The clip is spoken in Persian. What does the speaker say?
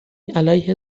علیه